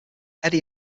eddie